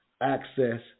access